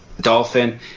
dolphin